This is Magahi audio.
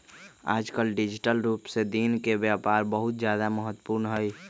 आजकल डिजिटल रूप से दिन के व्यापार बहुत ज्यादा महत्वपूर्ण हई